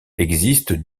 existent